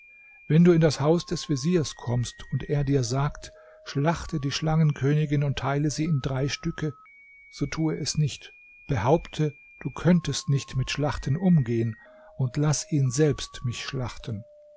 wenn du in das haus des veziers kommst und er dir sagt schlachte die schlangenkönigin und teile sie in drei stücke so tue es nicht behaupte du könntest nicht mit schlachten umgehen und laß ihn selbst mich schlachten